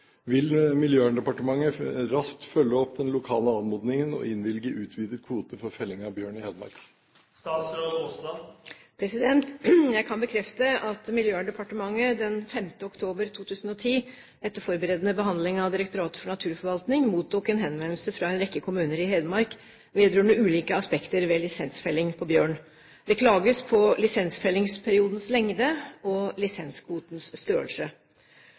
Vil Miljøverndepartementet raskt følge opp den lokale anmodningen og innvilge utvidet kvote for felling av bjørn i Hedmark?» Jeg kan bekrefte at Miljøverndepartementet den 5. oktober 2010, etter forberedende behandling av Direktoratet for naturforvaltning, mottok en henvendelse fra en rekke kommuner i Hedmark vedrørende ulike aspekter ved lisensfelling på bjørn. Det klages på lisensfellingsperiodens lengde og lisenskvotens størrelse.